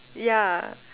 yeah